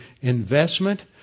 investment